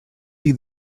see